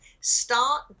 start